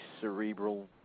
cerebral